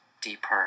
deeper